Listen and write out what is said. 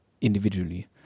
individually